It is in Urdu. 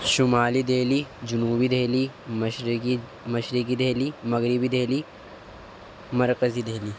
شمالی دہلی جنوبی دہلی مشرقی مشرقی دہلی مغربی دہلی مرکزی دہلی